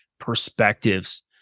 Perspectives